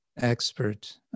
expert